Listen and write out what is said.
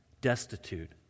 destitute